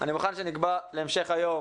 אני מוכן שנקבע להמשך היום